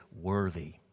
worthy